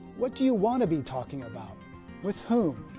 what do you want to be talking about with home?